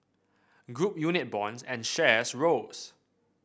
group unit bonds and shares rose